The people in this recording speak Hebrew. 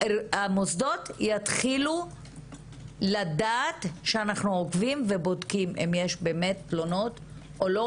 המוסדות יתחילו לדעת שאנחנו עוקבים ובודקים אם באמת יש תלונות או לא,